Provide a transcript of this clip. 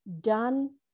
done